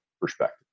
perspective